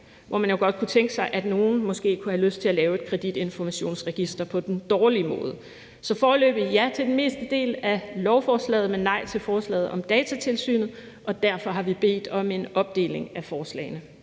hvor man jo godt kunne tænke sig, at nogle måske kunne have lyst til at lave et kreditinformationsregister på den dårlige måde. Så det er foreløbigt et ja til det meste af lovforslaget, men nej til forslaget om Datatilsynet, og derfor har vi bedt om en opdeling af forslagene.